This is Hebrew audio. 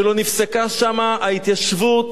שלא נפסקה שם ההתיישבות